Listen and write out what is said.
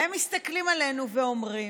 והם מסתכלים עלינו ואומרים: